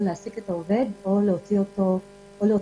להעסיק את העובד או להוציא אותו לחל"ת,